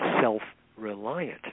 self-reliant